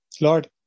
Lord